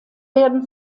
werden